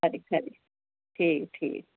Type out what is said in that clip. खरी खरी ठीक ठीक